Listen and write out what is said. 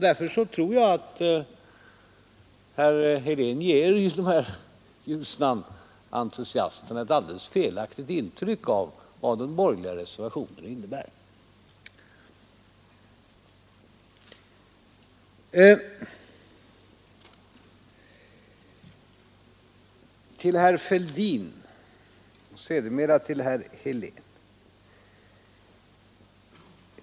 Därför tror jag att herr Helén ger Ljusnanentusiasterna en alldeles felaktig föreställning om vad den borgerliga reservationen innebär. Så till herr Fälldin och sedermera åter till herr Helén!